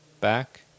back